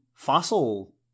fossil